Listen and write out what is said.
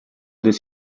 des